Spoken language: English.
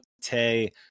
Tay